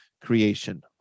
creation